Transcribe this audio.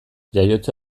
jaiotza